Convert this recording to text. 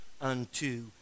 unto